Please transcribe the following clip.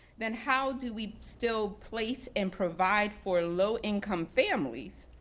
then how do we still place and provide for low income families?